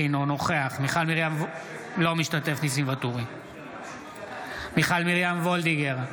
אינו משתתף בהצבעה מיכל מרים וולדיגר,